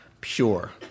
pure